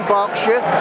Berkshire